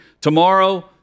Tomorrow